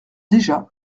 déjà